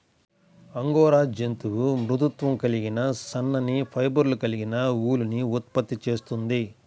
angora జంతువు మృదుత్వం కలిగిన సన్నని ఫైబర్లు కలిగిన ఊలుని ఉత్పత్తి చేస్తుంది